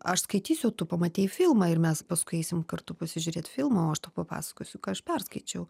aš skaitysiu o tu pamatei filmą ir mes paskui eisim kartu pasižiūrėt filmo o aš tau papasakosiu ką aš perskaičiau